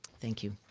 thank you.